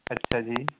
ਅੱਛਾ ਜੀ